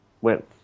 went